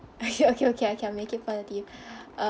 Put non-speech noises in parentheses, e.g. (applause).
(laughs) okay okay okay I make it positive (breath) uh